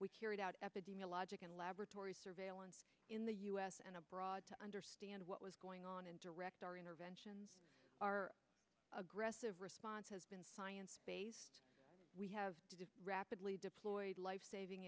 we carried out epidemiologic and laboratory surveillance in the u s and abroad to understand what was going on and direct our interventions our aggressive response has been science based we have rapidly deployed life saving